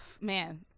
Man